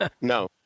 no